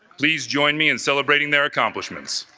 please join me in celebrating their accomplishments